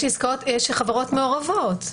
יש חברות מעורבות,